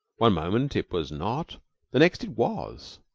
one moment it was not the next it was.